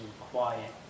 quiet